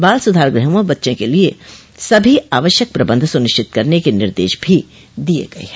बाल सुधार गृहों में बच्चों के लिये सभी आवश्यक प्रबंध सुनिश्चित करने के निर्देश भी दिये गये हैं